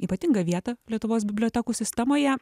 ypatingą vietą lietuvos bibliotekų sistemoje